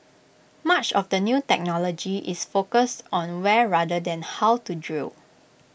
much of the new technology is focused on where rather than how to drill